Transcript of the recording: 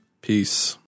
Peace